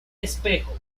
espejo